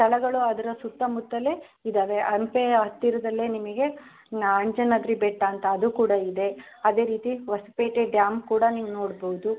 ಸ್ಥಳಗಳು ಅದರ ಸುತ್ತಮುತ್ತಲೇ ಇದ್ದಾವೆ ಹಂಪೆ ಹತ್ತಿರದಲ್ಲೆ ನಿಮಗೆ ನಾ ಅಂಜನಾದ್ರಿ ಬೆಟ್ಟ ಅಂತ ಅದು ಕೂಡ ಇದೆ ಅದೇ ರೀತಿ ಹೊಸಪೇಟೆ ಡ್ಯಾಮ್ ಕೂಡ ನೀವು ನೋಡ್ಬೋದು